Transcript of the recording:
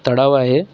तलाव आहे